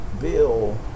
Bill